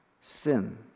sin